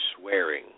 swearing